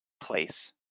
place